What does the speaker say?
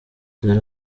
dore